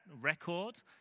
record